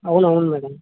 అవునవును మేడం